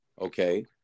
okay